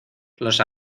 los